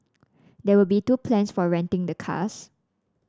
there will be two plans for renting the cars